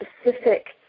specific